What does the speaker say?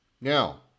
Now